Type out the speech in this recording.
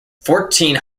fourteen